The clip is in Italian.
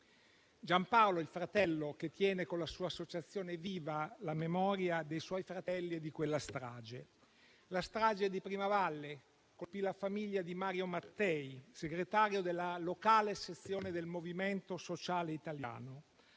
(Giampaolo è il fratello, che con la sua associazione tiene viva la memoria dei fratelli e di quella strage). La strage di Primavalle colpì la famiglia di Mario Mattei, segretario della locale sezione del Movimento Sociale Italiano,